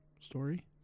story